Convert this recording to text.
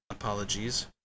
Apologies